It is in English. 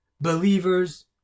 believers